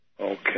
Okay